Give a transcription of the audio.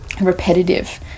repetitive